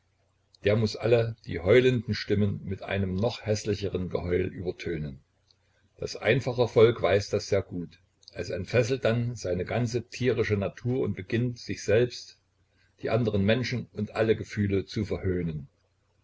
der muß alle die heulenden stimmen mit einem noch häßlicheren geheul übertönen das einfache volk weiß das sehr gut es entfesselt dann seine ganze tierische natur und beginnt sich selbst die andern menschen und alle gefühle zu verhöhnen